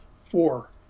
four